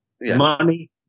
Money